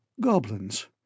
Goblins